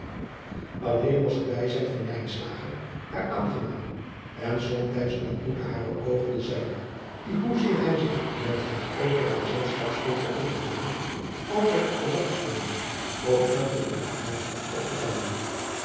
lleen was het bijzijn van baar aangenaam en somtijds ontmoetten hare oogen de zijne die hoezeer hij zich met het overig gezelschap scheen te onderhouden altijd op de wacht stonden om elken blik van haar op te vangen